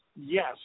Yes